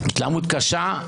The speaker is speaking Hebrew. התלהמות קשה.